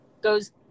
goes